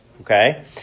okay